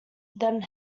then